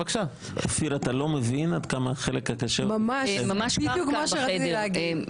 אתה לא מבין עד כמה החלק הקשה --- בדיוק מה שרציתי להגיד.